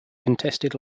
contested